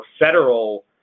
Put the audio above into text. federal